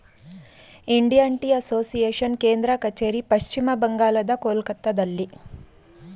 Indian tea association ಕೇಂದ್ರ ಕಚೇರಿ ಪಶ್ಚಿಮ ಬಂಗಾಳದ ಕೊಲ್ಕತ್ತಾದಲ್ಲಿ